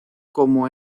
como